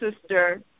sister